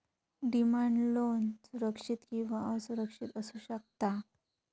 demand loan सुरक्षित किंवा असुरक्षित असू शकता